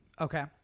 Okay